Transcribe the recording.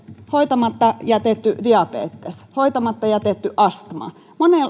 hoitamatta jätetyn diabeteksen hoitamatta jätetyn astman